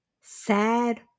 sad